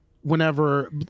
whenever